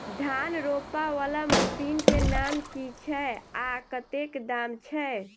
धान रोपा वला मशीन केँ नाम की छैय आ कतेक दाम छैय?